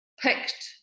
picked